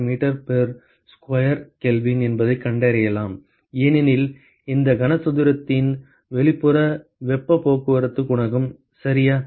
4 watt per meter square Kelvin என்பதைக் கண்டறியலாம் ஏனெனில் இந்த கனசதுரத்தின் வெளிப்புற வெப்பப் போக்குவரத்து குணகம் சரியா